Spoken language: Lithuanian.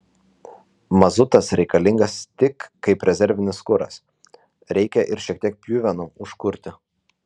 mazutas reikalingas tik kaip rezervinis kuras reikia ir šiek tiek pjuvenų užkurti